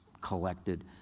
collected